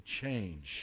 change